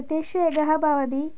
तेषु एकः भवति